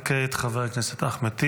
וכעת חבר הכנסת אחמד טיבי.